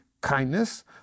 kindness